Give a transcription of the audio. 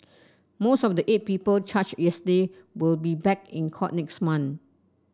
most of the eight people charged yesterday will be back in court next month